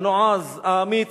הנועז, האמיץ,